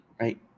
right